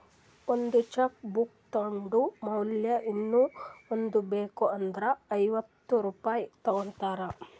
ಒಂದ್ cheque book ತೊಂಡ್ ಮ್ಯಾಲ ಇನ್ನಾ ಒಂದ್ ಬೇಕ್ ಅಂದುರ್ ಐವತ್ತ ರುಪಾಯಿ ತಗೋತಾರ್